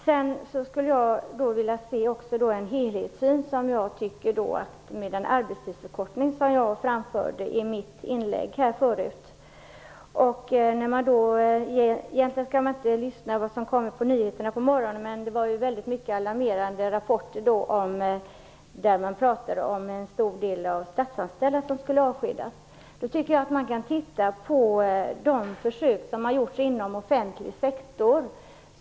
Jag skulle också vilja se en helhetssyn i frågan om en arbetstidsförkortning, som jag berörde i mitt inlägg förut. Egentligen skall man inte lyssna på vad som sägs på nyheterna på morgonen. Det var alarmerande rapporter om att en stor del av de statsanställda skulle avskedas. Jag tycker att man kan studera de försök som har gjorts inom offentlig sektor.